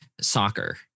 soccer